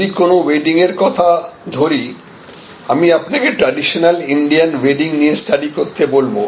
যদি কোন ওয়েডিং এর কথা ধরি আমি আপনাকে ট্রেডিশনাল ইন্ডিয়ান ওয়েডিং নিয়ে স্টাডি করতে বলবো